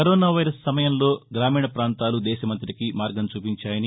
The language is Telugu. కరోనా వైరస్ సమయంలో గ్రామీణ ప్రాంతాలు దేశమంతటికీ మార్గం చూపించాయని